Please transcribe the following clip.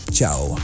Ciao